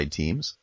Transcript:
teams